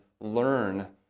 learn